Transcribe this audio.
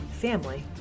family